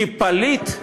כי פליט,